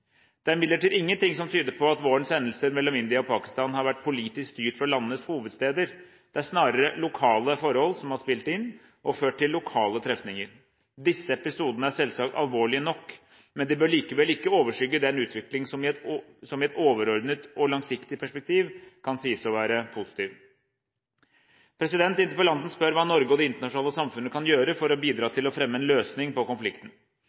Det er imidlertid ingenting som tyder på at vårens hendelser mellom India og Pakistan har vært politisk styrt fra landenes hovedsteder. Det er snarere lokale forhold som har spilt inn og ført til lokale trefninger. Disse episodene er selvsagt alvorlige nok, men de bør likevel ikke overskygge den utvikling som i et overordnet og langsiktig perspektiv kan sies å være positiv. Interpellanten spør hva Norge og det internasjonale samfunnet kan gjøre for å bidra til å fremme en løsning på konflikten.